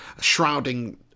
shrouding